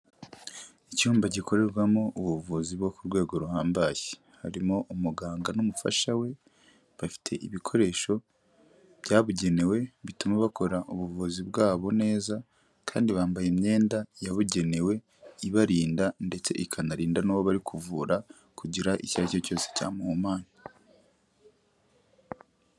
Icyumba gikorerwamo ubuvuzi bwo ku rwego ruhambaye. Harimo umuganga n'umufasha we bafite ibikoresho byabugenewe bituma bakora ubuvuzi bwabo neza, kandi bambaye imyenda yabugenewe, ibarinda ndetse ikanarinda n'uwo bari kuvura kugira icyo ari cyo cyose cyamuhumanya.